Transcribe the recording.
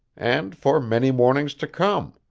and for many mornings to come.